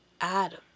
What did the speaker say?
Adam